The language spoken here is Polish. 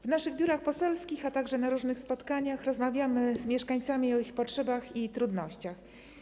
W naszych biurach poselskich, a także na różnych spotkaniach rozmawiamy z mieszkańcami o ich potrzebach i trudnościach.